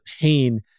pain